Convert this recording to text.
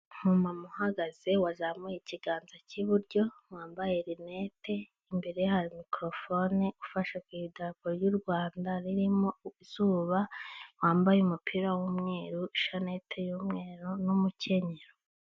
Umumama uhagaze wazamuye ikiganza cy'iburyo, wambaye rinete, imbere ye hari mikofone ufashe ku idarapo ry'u Rwanda ririmo izuba, wambaye umupira w'umweru, ishanete y'umweru n'umukenyero.